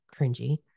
cringy